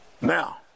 Now